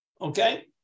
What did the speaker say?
Okay